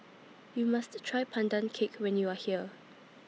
YOU must Try Pandan Cake when YOU Are here